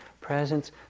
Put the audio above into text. presence